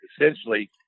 essentially